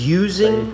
using